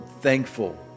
thankful